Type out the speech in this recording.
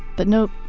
but no,